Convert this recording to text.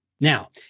Now